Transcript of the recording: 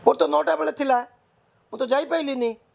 ମୋର ତ ନଅଟା ବେଳେ ଥିଲା ମୁଁ ତ ଯାଇପାରିଲିନି